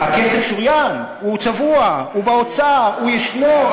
הכסף שוריין, הוא צבוע, הוא באוצר, הוא ישנו.